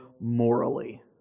morally